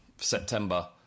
September